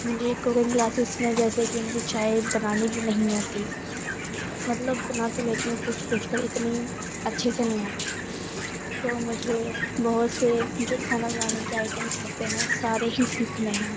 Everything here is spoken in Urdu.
مجھے کوکنگ کلاسز میں جیسے کہ مجھے چائے بنانی بھی نہیں آتی مطلب بنا تو لیتی ہوں کچھ کچھ تو اتنی اچھے سے نہیں آتی تو مجھے بہت سے جو کھانا بنانے کے آئٹمس ہوتے ہیں سارے ہی سیکھنے ہیں